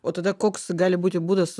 o tada koks gali būti būdas